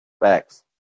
Facts